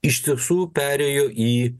iš tiesų perėjo į